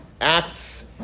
acts